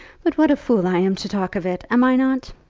but what a fool i am to talk of it am i not?